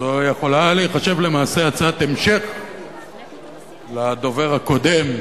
זו יכולה להיחשב, למעשה, הצעת המשך לדובר הקודם,